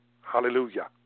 hallelujah